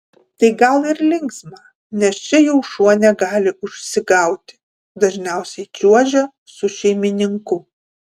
tai gal ir linksma nes čia jau šuo negali užsigauti dažniausiai čiuožia su šeimininku